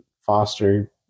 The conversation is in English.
foster